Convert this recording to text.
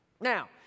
Now